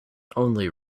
only